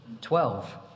Twelve